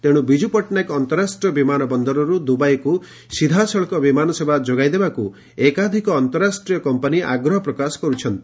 ତେଣ୍ସ ବିଜୁ ପଟ୍ଟନାୟକ ଅନ୍ତରାଷ୍ଟୀୟ ବିମାନ ବନ୍ଦରରୁ ଦୁବାଇକୁ ସିଧାସଳଖ ବିମାନ ସେବା ଯୋଗାଇ ଦେବାକୁ ଏକାଧିକ ଅନ୍ତରାଷ୍ଟ୍ରୀୟ କମ୍ମାନି ଆଗ୍ରହ ପ୍ରକାଶ କର୍୍ ଛନ୍ତି